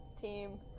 team